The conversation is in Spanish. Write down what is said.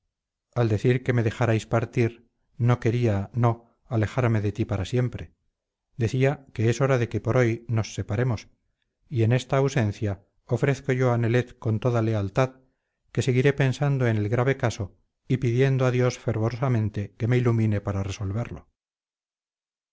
al decir que me dejarais partir no quería no alejarme de ti para siempre decía que es hora de que por hoy nos separemos y en esta ausencia ofrezco yo a nelet con toda lealtad que seguiré pensando en el grave caso y pidiendo a dios fervorosamente que me ilumine para resolverlo